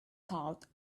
thought